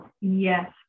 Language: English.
yes